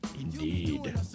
indeed